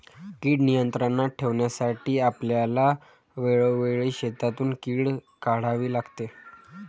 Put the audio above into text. कीड नियंत्रणात ठेवण्यासाठी आपल्याला वेळोवेळी शेतातून कीड काढावी लागते